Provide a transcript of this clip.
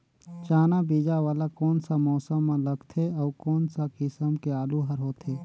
चाना बीजा वाला कोन सा मौसम म लगथे अउ कोन सा किसम के आलू हर होथे?